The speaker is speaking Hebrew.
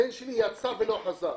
הבן שלי יצא ולא חזר.